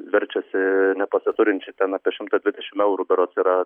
verčiasi nepasiturinčių ten apie šimtą dvidešimt eurų berods yra